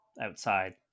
outside